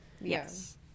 yes